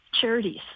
charities